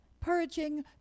purging